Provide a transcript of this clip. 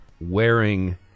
wearing